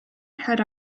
had